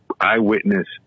eyewitness